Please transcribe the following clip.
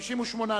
אני יודע.